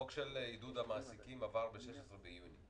חוק עידוד המעסיקים עבר ב-16 ביוני,